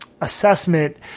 assessment